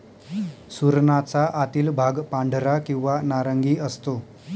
सुरणाचा आतील भाग पांढरा किंवा नारंगी असतो